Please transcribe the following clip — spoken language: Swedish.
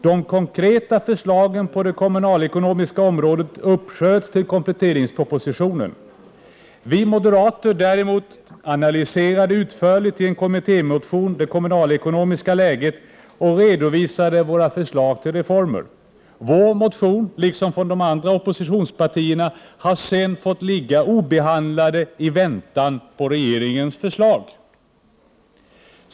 De konkreta förslagen på det kommunalekonomiska området uppsköts till kompletteringspropositionen. Vi moderater däremot analyserade utförligt i en kommittémotion det kommunalekonomiska läget och redovisade våra förslag till reformer. Vår motion, liksom motioner från de andra oppositionspartierna, har sedan fått ligga obehandlade i väntan på regeringens förslag.